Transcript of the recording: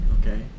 Okay